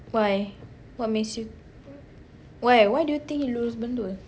why what makes you why why do you think he lurus bendul